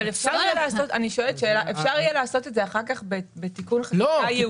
אפשר יהיה לעשות את זה אחר כך בתיקון חקיקה ייעודי?